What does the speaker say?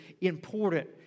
important